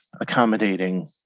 accommodating